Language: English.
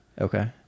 okay